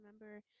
remember